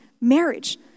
marriage